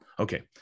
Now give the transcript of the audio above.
Okay